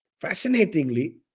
Fascinatingly